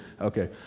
Okay